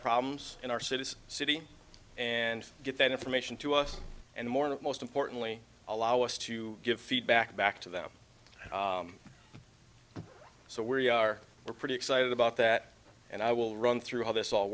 problems in our citizen city and get that information to us and more and most importantly allow us to give feedback back to them so we are pretty excited about that and i will run through how this all